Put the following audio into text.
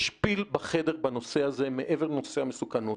יש פיל בחדר בנושא הזה מעבר לנושא המסוכנות.